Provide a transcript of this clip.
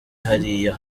hariya